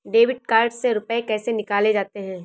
Debit card से रुपये कैसे निकाले जाते हैं?